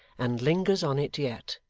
and lingers on it yet,